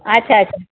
अच्छा अच